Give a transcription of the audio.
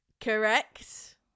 Correct